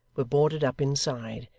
were boarded up inside,